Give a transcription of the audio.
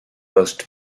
most